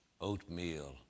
oatmeal